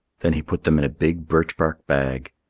then he put them in a big birch-bark bag,